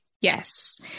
Yes